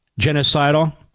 genocidal